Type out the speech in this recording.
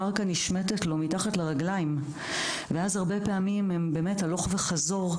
הקרקע נשמטת לו מתחת לרגליים ואז הרבה פעמים עם באמת הלוך וחזור,